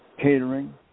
Catering